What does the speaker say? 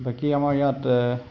বাকী আমাৰ ইয়াত